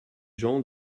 gens